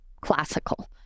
classical